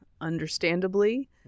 understandably